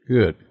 Good